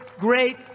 great